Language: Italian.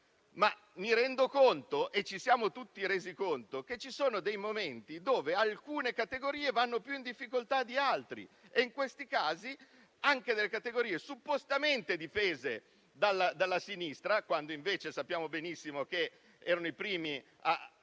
mi rendo conto e ci siamo tutti resi conto che ci sono dei momenti in cui alcune categorie vanno più in difficoltà di altre. In questi casi, delle categorie suppostamente difese dalla sinistra - quando invece sappiamo benissimo che erano i primi ad